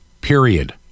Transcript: Period